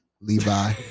Levi